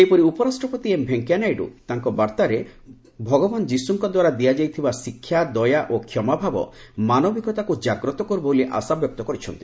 ସେହିପରି ଉପରାଷ୍ଟ୍ରପତି ଏମ୍ ଭେଙ୍କିୟା ନାଇଡୁ ତାଙ୍କ ବାର୍ତ୍ତାରେ ଭଗବାନ୍ ଯିଶୁଙ୍କଦ୍ୱାରା ଦିଆଯାଇଥିବା ଶିକ୍ଷା ଦୟା ଓ କ୍ଷମା ଭାବ ମାନବିକତାକୁ ଜାଗ୍ରତ କରୁ ବୋଲି ଆଶାବ୍ୟକ୍ତ କରିଛନ୍ତି